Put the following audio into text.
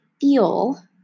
feel